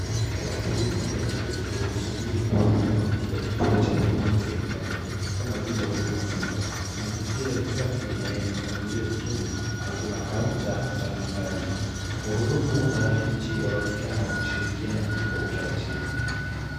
Watu wengi wameketi wakisubiri kuhudumiwa katika kituo cha huduma za serikali kama vile Huduma Center. Mazingira ni safi na yenye mpangilio mzuri na kuna kaunta mbalimbali. Wahudumu na wananchi wanaonekana wakishirikiana kwa utaratibu.